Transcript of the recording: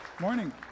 Morning